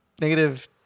Negative